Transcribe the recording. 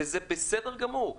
וזה בסדר גמור.